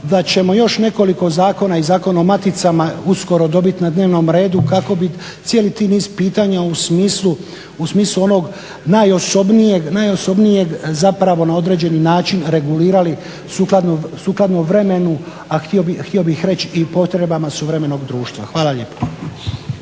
da ćemo još nekoliko zakona i Zakon o maticama uskoro dobit na dnevnom redu kako bi cijeli ti niz pitanja u smislu onog najosobnijeg zapravo na određeni način regulirali sukladno vremenu, a htio bih reć i potrebama suvremenog društva. Hvala lijepa.